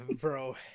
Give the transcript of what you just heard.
Bro